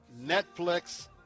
Netflix